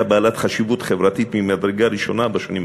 בעלת חשיבות חברתית ממדרגה ראשונה בשנים הקרובות.